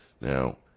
Now